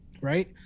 Right